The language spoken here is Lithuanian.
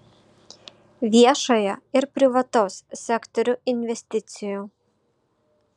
viešojo ir privataus sektorių investicijų